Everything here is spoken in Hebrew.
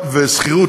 ושכירות,